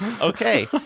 okay